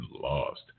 lost